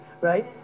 right